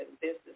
business